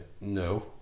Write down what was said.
No